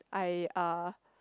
I uh